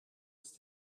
ist